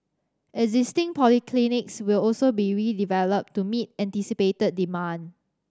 existing polyclinics will also be redeveloped to meet anticipated demand